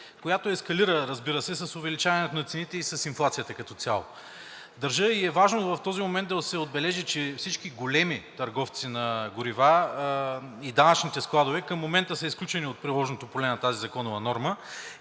която ескалира, разбира се, с увеличаването на цените и с инфлацията като цяло. Държа и е важно в този момент да се отбележи, че всички големи търговци на горива и данъчните складове към момента са изключени от приложното поле на тази законова норма